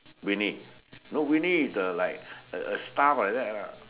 Winnie no Winnie is the like a a stuff like that lah